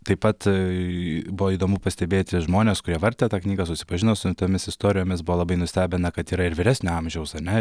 taip pat tai buvo įdomu pastebėti žmones kurie vartė tą knygą susipažino su tomis istorijomis buvo labai nustebina kad yra ir vyresnio amžiaus ane